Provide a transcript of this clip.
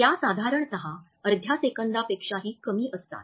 त्या साधारणत अर्ध्या सेकंदापेक्षाही कमी असतात